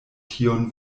tiun